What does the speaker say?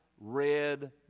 red